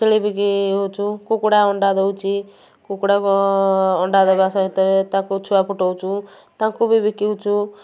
ଛେଳି କୁକୁଡ଼ା ଅଣ୍ଡା ଦେଉଛି କୁକୁଡ଼ା ଅଣ୍ଡା ଦେବା ସହିତ ତାକୁ ଛୁଆ ଫୁଟାଉଛୁ ତାଙ୍କୁ ବି ବିକୁଛୁ